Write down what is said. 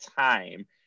time